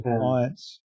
clients